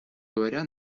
говоря